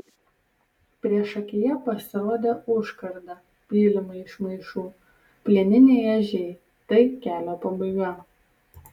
priešakyje pasirodė užkarda pylimai iš maišų plieniniai ežiai tai kelio pabaiga